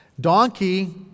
Donkey